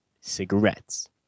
cigarettes